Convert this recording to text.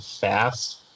fast